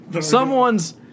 Someone's